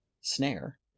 snare